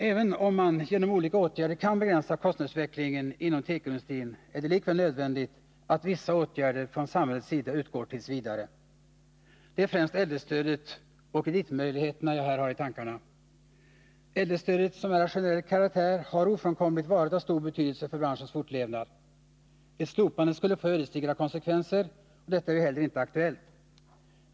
Även om man genom olika åtgärder kan begränsa kostnadsutvecklingen inom tekoindustrin, är det likväl t. v. nödvändigt med vissa åtgärder från samhällets sida. Det är främst äldrestödet och kreditmöjligheterna jag här har i tankarna. Äldrestödet, som är av generell karaktär, har ofrånkomligt varit av stor betydelse för branschens fortlevnad. Ett slopande skulle få ödesdigra konsekvenser, och detta är heller inte aktuellt.